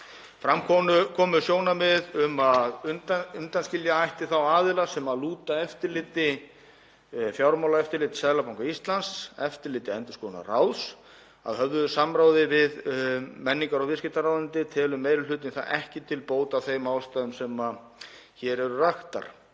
Fram komu sjónarmið um að undanskilja ætti þá aðila sem lúta eftirliti Fjármálaeftirlits Seðlabanka Íslands eftirliti endurskoðendaráðs. Að höfðu samráði við menningar- og viðskiptaráðuneytið telur meiri hlutinn það ekki til bóta af þeim ástæðum sem hér eru raktar.